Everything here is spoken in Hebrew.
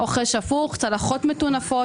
אוכל שפוך, צלחות מטונפות.